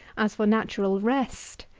as for natural rest.